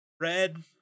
Red